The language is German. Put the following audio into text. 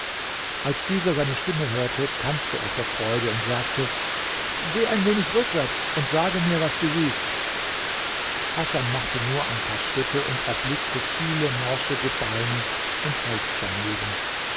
als dieser seine stimme hörte tanzte er vor freude und sagte geh ein wenig rückwärts und sage mir was du siehst hasan machte nur ein paar schritte und erblickte viele morsche gebeine und holz daneben